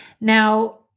Now